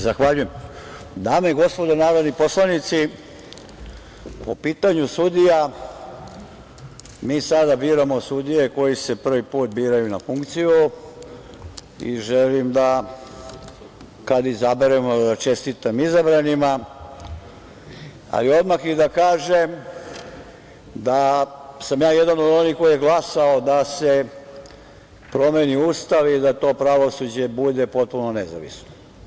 Dame i gospodo narodni poslanici, po pitanju sudija, mi sada biramo sudije koje se prvi put biraju na funkciju i želim da kada izaberemo da čestitam izabranima, ali odmah i da kažem da sam ja jedan od onih koji je glasao da se promeni Ustav i da to pravosuđe bude potpuno nezavisno.